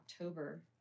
October